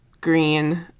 green